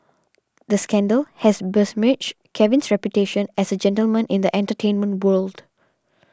the scandal had besmirched Kevin's reputation as a gentleman in the entertainment world